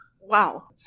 Wow